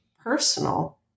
personal